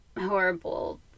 horrible